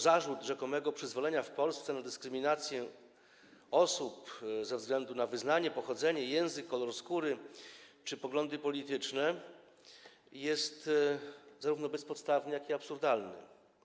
Zarzut rzekomego przyzwolenia w Polsce na dyskryminację osób ze względu na wyznanie, pochodzenie, język, kolor skóry czy poglądy polityczne jest zarówno bezpodstawny, jak i absurdalny.